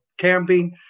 camping